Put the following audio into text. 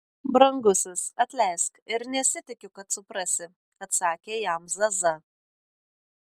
brangusis atleisk ir nesitikiu kad suprasi atsakė jam zaza